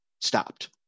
stopped